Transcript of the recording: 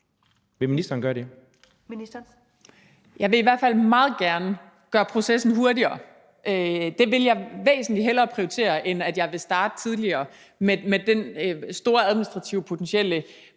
Jeg vil i hvert fald meget gerne gøre processen hurtigere. Det vil jeg væsentlig hellere prioritere, end at jeg vil starte tidligere med den potentielt store administrative meropgave,